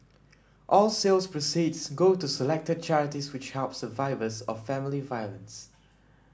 all sales proceeds go to selected charities which help survivors of family violence